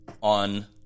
on